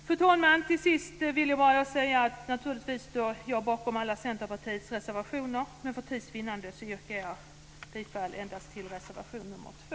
Fru talman! Naturligtvis står jag bakom alla Centerpartiets reservationer, men för tids vinnande yrkar jag bifall endast till reservation nr 2.